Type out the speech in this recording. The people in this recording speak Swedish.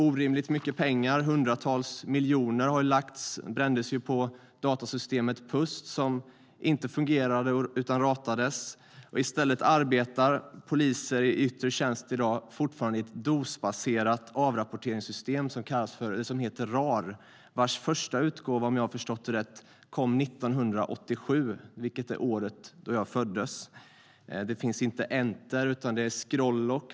Orimligt mycket pengar, hundratals miljoner, brändes på datasystemet Pust, som inte fungerade utan ratades.I stället arbetar poliser i yttre tjänst i dag fortfarande i ett DOS-baserat avrapporteringssystem som heter RAR och vars första utgåva om jag förstått det rätt kom 1987, året då jag föddes. Man har inte Enter, bara Scroll Lock.